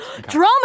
Drama